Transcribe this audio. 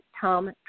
Tom